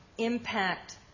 impact